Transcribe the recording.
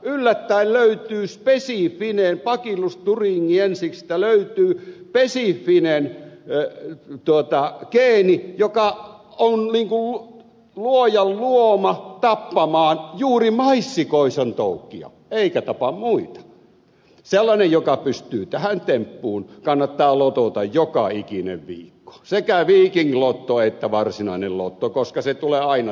yllättäen löytyy spesifinen geeni bacillus thuringiensiksestä löytyy spesifinen geeni joka on luojan luoma tappamaan juuri maissikoisan toukkia eikä tapa muita sellaisen joka pystyy tähän temppuun kannattaa lotota joka ikinen viikko sekä viking lotossa että varsinaisessa lotossa koska tulee aina täysosuma